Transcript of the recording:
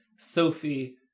Sophie